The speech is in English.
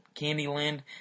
Candyland